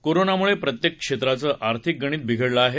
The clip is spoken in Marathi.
कोरोनामुळे प्रत्येक क्षेत्राचं आर्थिक गणित बिघडलं आहे